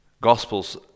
Gospels